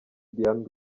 diane